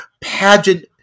pageant